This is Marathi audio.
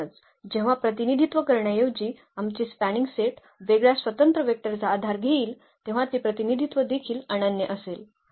म्हणूनच जेव्हा प्रतिनिधित्व करण्याऐवजी आमचे स्पॅनिंग सेट वेगळ्या स्वतंत्र वेक्टरचा आधार घेईल तेव्हा ते प्रतिनिधित्व देखील अनन्य असेल